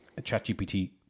ChatGPT